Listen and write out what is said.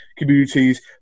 communities